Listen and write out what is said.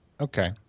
Okay